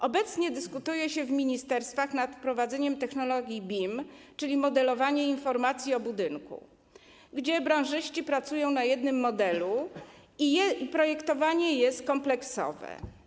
Obecnie dyskutuje się w ministerstwach nad wprowadzeniem technologii BIM, czyli modelowania informacji o budynku, w którym branżyści pracują na jednym modelu i projektowanie jest kompleksowe.